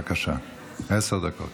בבקשה, עשר דקות.